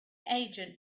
agent